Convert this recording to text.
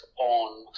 on